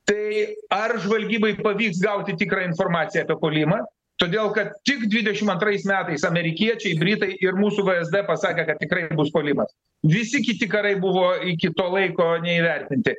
tai ar žvalgybai pavyks gauti tikrą informaciją apie puolimą todėl kad tik dvidešim antrais metais amerikiečiai britai ir mūsų vsd pasakė kad tikrai bus puolimas visi kiti karai buvo iki to laiko neįvertinti